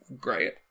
great